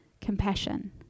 compassion